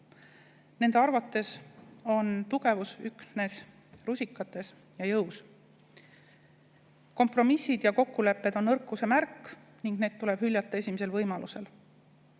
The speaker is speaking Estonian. Nende arvates on tugevus üksnes rusikates ja jõus, kompromissid ja kokkulepped on nõrkuse märk ning need tuleb esimesel võimalusel